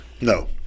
No